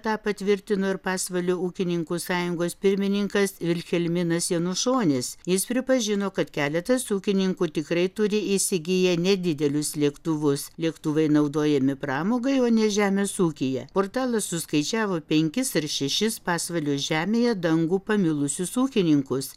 tą patvirtino ir pasvalio ūkininkų sąjungos pirmininkas vilhelminas janušonis jis pripažino kad keletas ūkininkų tikrai turi įsigiję nedidelius lėktuvus lėktuvai naudojami pramogai o ne žemės ūkyje portalas suskaičiavo penkis ar šešis pasvalio žemėje dangų pamilusius ūkininkus